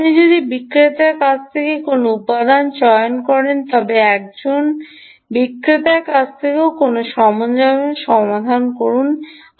আপনি যদি বিক্রেতার কাছ থেকে কোনও উপাদান চয়ন করেন তবে একজন বিক্রেতার কাছ থেকে কোনও সরঞ্জামের সন্ধান করুন এটি সেখানে থাকবে